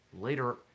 later